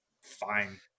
fine